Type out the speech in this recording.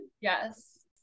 Yes